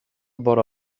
vora